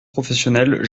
professionnel